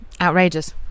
outrageous